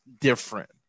different